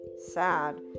sad